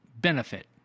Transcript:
benefit